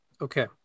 okay